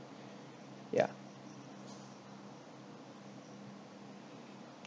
ya